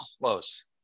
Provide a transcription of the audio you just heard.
close